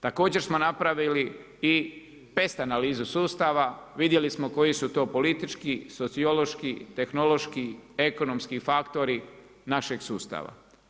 Također smo napravili i pest analizu sustava, vidjeli smo koji su to politički, sociološki, tehnološki, ekonomski faktori našeg sustava.